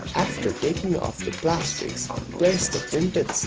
after taking off the plastics place the printed